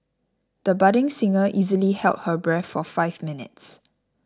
the budding singer easily held her breath for five minutes